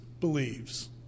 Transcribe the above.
believes